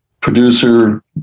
producer